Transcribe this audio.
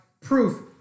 proof